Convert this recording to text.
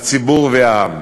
הציבור והעם.